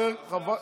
תעשה הפסקה.